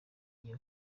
iyo